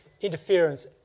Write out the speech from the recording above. interference